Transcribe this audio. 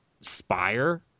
spire